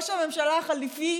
ראש הממשלה החליפי,